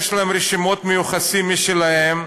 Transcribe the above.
יש להם רשימות יוחסין משלהם,